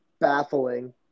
baffling